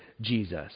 Jesus